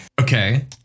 okay